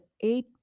eight